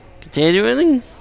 Continuing